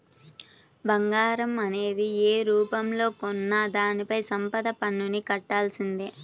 బంగారం అనేది యే రూపంలో కొన్నా దానిపైన సంపద పన్నుని కట్టాల్సిందే